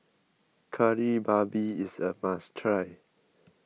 Kari Babi is a must try